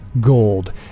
gold